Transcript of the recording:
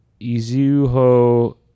Izuho